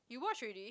you watch already